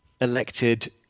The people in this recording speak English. elected